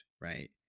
right